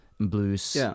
blues